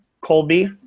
Colby